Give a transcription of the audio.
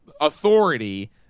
authority